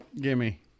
Gimme